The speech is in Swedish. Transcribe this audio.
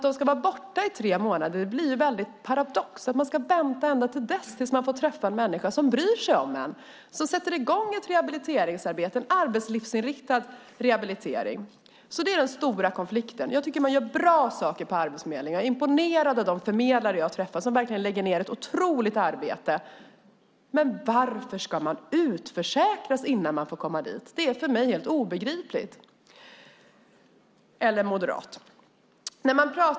De ska vänta så länge innan de får träffa en människa som bryr sig om dem och som sätter i gång ett rehabiliteringsarbete, en arbetslivsinriktad rehabilitering. Det är den stora konflikten. Jag tycker att man gör bra saker på Arbetsförmedlingen. Jag är imponerad av de förmedlare som jag har träffat som verkligen lägger ned ett otroligt arbete på detta. Men varför ska man utförsäkras innan man får komma dit? Det är för mig helt obegripligt - eller moderat.